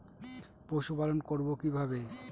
পশুপালন করব কিভাবে?